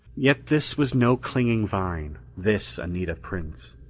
yet this was no clinging vine, this anita prince.